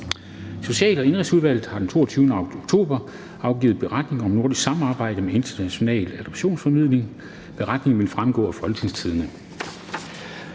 Social- og Indenrigsudvalget har den 22. oktober afgivet: Beretning om Nordisk samarbejde om international adoptionsformidling. (Beretning nr. 1) Beretningen